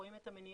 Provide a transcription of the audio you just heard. רואים את המניעה,